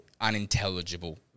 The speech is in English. unintelligible